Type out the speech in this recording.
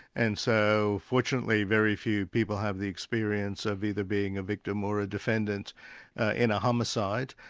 and so fortunately very few people have the experience of either being a victim or a defendant in a homicide,